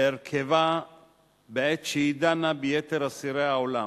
להרכבה בעת שהיא דנה ביתר אסירי העולם.